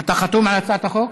אתה חתום על הצעת החוק?